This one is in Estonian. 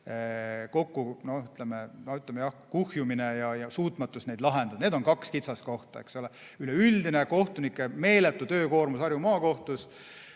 kokkukuhjumine ja suutmatus neid lahendada. Need on kaks kitsaskohta. Üleüldine kohtunike meeletu töökoormus Harju Maakohtus